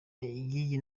y’iyi